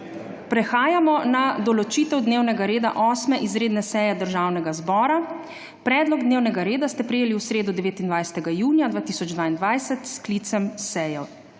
Prehajamo na določitev dnevnega reda 8. izredne seje Državnega zbora. Predlog dnevnega reda ste prejeli v sredo, 29. junija 2022, s sklicem seje.